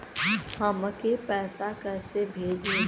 हमके पैसा कइसे भेजी?